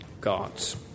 gods